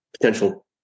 potential